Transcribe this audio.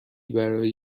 برای